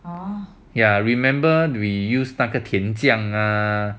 ya remember we use 那个甜酱 ah